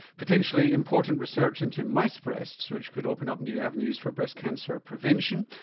potentially important research into mice breasts which could open up new avenues for breast cancer prevention.